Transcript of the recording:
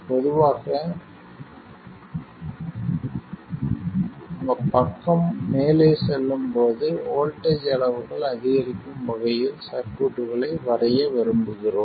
பொதுவாக பக்கம் மேலே செல்லும்போது வோல்ட்டேஜ் அளவுகள் அதிகரிக்கும் வகையில் சர்க்யூட்களை வரைய விரும்புகிறோம்